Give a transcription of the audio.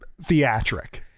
theatric